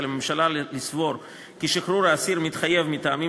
על הממשלה לסבור כי שחרור האסיר מתחייב מטעמים